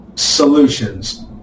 solutions